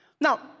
Now